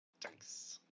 thanks